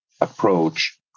approach